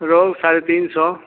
रोहू साढ़े तीन सौ